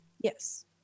Yes